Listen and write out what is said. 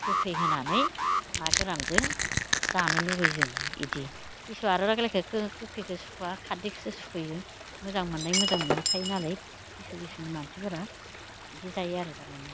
गोखै होनानै ना गोरानजों जानो लुबैयो जों बिदि किसु आरो गोखैखो सुखुवा खारदैखौसो सुखुयो मोजां मोननाय मोजां मोनि थायो नालाय किसु किसुनि मानसिफोरा बिदि जायो आरो तारमाने